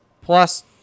Plus